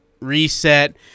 reset